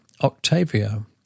Octavio